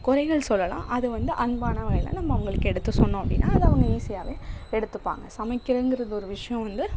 குறைகள் சொல்லலாம் அது வந்து அன்பான வகையில் நம்ம அவங்களுக்கு எடுத்து சொன்னோம் அப்படின்னா அதை அவங்க ஈஸியாகவே எடுத்துப்பாங்க சமைக்கிறதுங்கறது ஒரு விஷயம் வந்து